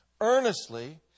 earnestly